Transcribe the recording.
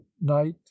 night